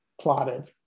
plotted